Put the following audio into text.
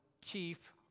chief